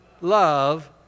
love